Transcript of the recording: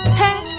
hey